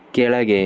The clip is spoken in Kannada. ಕೆಳಗೆ